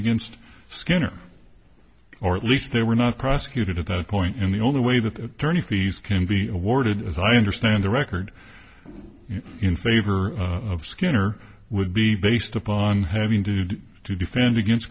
against skinner or at least they were not prosecuted at that point in the only way that tourney fees can be awarded as i understand the record in favor of skinner would be based upon having to defend against